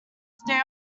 they